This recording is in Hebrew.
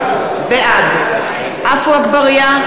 בעד עפו אגבאריה,